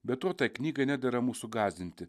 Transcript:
be to ta knyga nedera mūsų gąsdinti